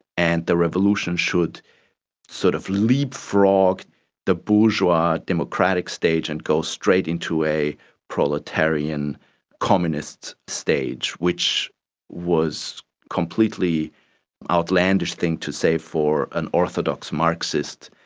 and the revolution should sort of leapfrog the bourgeois democratic stage and go straight into a proletarian communist stage, which was a completely outlandish thing to say for an orthodox marxist,